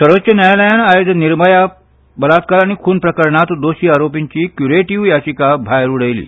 सर्वोच्च न्यायालयान आयज निर्भया बलात्कार आनी खून प्रकरणांत दोशी आरोपींची क्युरेटीव्ह याचिका भायर उडयली